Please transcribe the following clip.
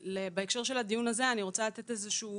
בהקשר של הדיון הזה, אני רוצה לתת איזשהו